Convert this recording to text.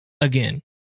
again